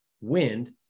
wind